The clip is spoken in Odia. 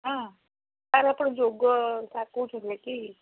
ହଁ ସାର୍ ଆପଣ ଯୋଗ ସାର୍ କହୁଥିଲେ କି